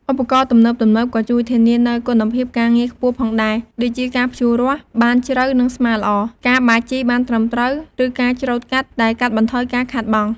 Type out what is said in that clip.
ឧបករណ៍ទំនើបៗក៏ជួយធានានូវគុណភាពការងារខ្ពស់ផងដែរ ដូចជាការភ្ជួររាស់បានជ្រៅនិងស្មើល្អ ការបាចជីបានត្រឹមត្រូវ ឬការច្រូតកាត់ដែលកាត់បន្ថយការខាតបង់។